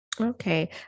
Okay